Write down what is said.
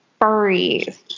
furries